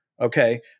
Okay